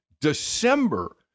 December